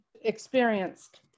experienced